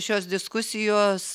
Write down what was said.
šios diskusijos